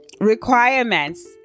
requirements